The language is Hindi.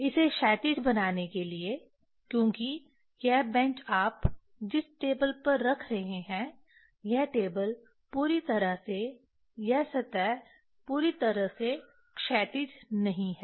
इसे क्षैतिज बनाने के लिए क्योंकि यह बेंच आप जिस टेबल पर रख रहे हैं यह टेबल पूरी तरह से यह सतह पूरी तरह से क्षैतिज नहीं है